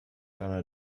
einer